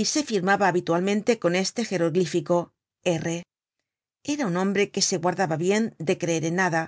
y e firmaba habitualmente con este geroglífico r era un hombre que se guardaba bien de creer en nada